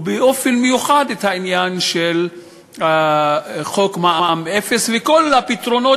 ובאופן מיוחד העניין של חוק מע"מ אפס וכל הפתרונות